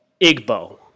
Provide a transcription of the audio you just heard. Igbo